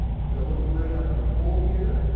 so let me bring up the poll here.